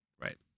Right